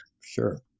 sure